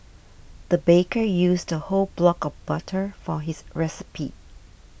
the baker used a whole block of butter for this recipe